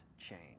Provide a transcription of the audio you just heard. change